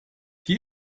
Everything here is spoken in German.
die